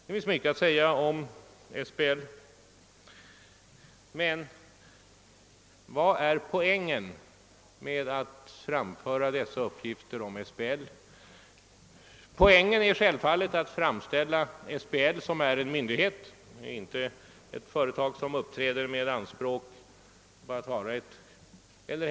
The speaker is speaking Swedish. Det finns mycket att säga om SBL, men vilken är den polemiska poängen med att framföra dessa uppgifter om SBL? Den är självfallet att framställa SBL som om det vore ett konkurrensinriktat, med kommersiella ambitioner uppträdande företag.